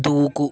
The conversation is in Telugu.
దూకు